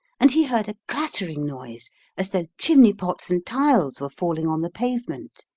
and he heard a clattering noise as though chimney-pots and tiles were falling on the pavement.